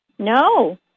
No